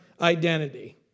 identity